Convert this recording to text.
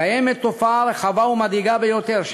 קיימת תופעה רחבה ומדאיגה ביותר של